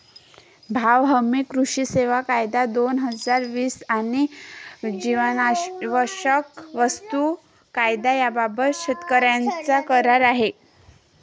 भाव हमी, कृषी सेवा कायदा, दोन हजार वीस आणि जीवनावश्यक वस्तू कायदा याबाबत शेतकऱ्यांचा करार आहे